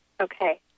Okay